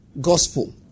gospel